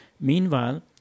Meanwhile